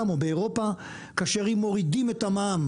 או באירופה כאשר אם מורידים את המע"מ,